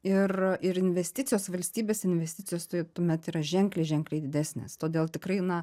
ir ir investicijos valstybės investicijos tai tuomet yra ženkliai ženkliai didesnės todėl tikrai na